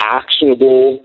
actionable